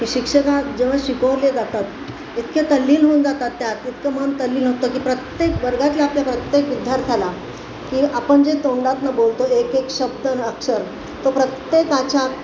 की शिक्षकांत जेव्हा शिकवले जातात इतके तल्लीन होऊन जातात त्यात इतकं मन तल्लीन होतं की प्रत्येक वर्गातल्या आपल्या प्रत्येक विद्यार्थ्याला की आपण जे तोंडातून बोलतो एक एक शब्द न अक्षर तो प्रत्येकाच्या